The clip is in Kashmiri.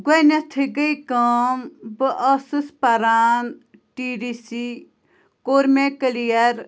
گۄڈٕنٮ۪تھٕے گٔے کٲم بہٕ ٲسٕس پَران ٹی ڈی سی کوٚر مےٚ کٕلیر